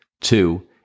two